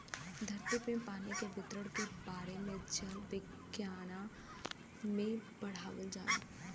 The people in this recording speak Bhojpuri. धरती पे पानी के वितरण के बारे में जल विज्ञना में पढ़ावल जाला